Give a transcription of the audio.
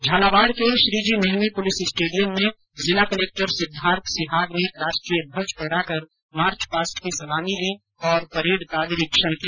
झालावाड के श्रीजीमेहमी police stadium में जिला कलेक्टर सिद्धार्थ सिहाग ने राष्ट्रीय ध्वज फहराकर मार्च पास्ट की सलामी ली और परेड का निरीक्षण किया